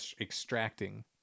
Extracting